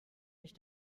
mich